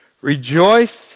Rejoice